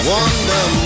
Wonder